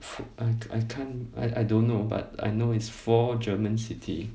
I I can't I I don't know but I know is four german city